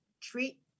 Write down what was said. treat